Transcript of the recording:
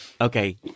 Okay